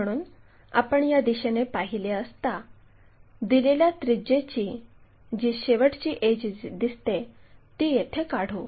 म्हणून आपण या दिशेने पाहिले असता दिलेल्या त्रिज्येची जी शेवटची एड्ज दिसते ती येथे काढू